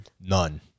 None